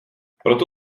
proto